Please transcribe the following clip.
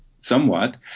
somewhat